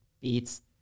beats